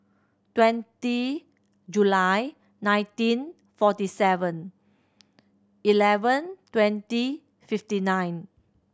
twenty July nineteen forty Seven Eleven twenty fifty nine